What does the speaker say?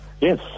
Yes